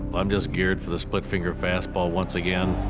i'm just geared for the split-finger fastball once again.